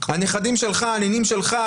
הנכדים והנינים שלך,